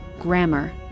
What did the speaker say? grammar